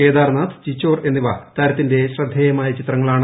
കേദാർനാഥ് ചിച്ചോർ എന്നിവ താരത്തിന്റെ ശ്രദ്ധേയമായ ചിത്രങ്ങളാണ്